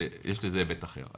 ויש לזה היבט אחר.